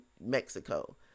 Mexico